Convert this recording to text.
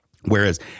Whereas